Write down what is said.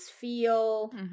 feel